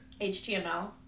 HTML